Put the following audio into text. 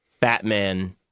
Batman